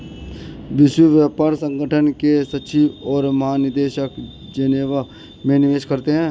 विश्व व्यापार संगठन के सचिव और महानिदेशक जेनेवा में निवास करते हैं